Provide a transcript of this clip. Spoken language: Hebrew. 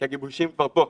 כי הגיבושים כבר פה,